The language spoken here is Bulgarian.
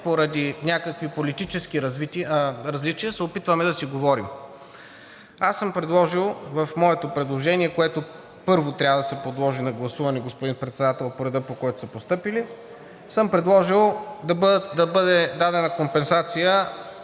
поради някакви политически различия, се опитваме да си говорим. В моето предложение съм предложил – което първо трябва да се подложи на гласуване, господин Председател, по реда, по който са постъпили – да бъде дадена компенсация